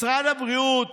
משרד הבריאות